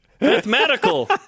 Mathematical